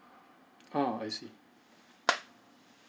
ah I see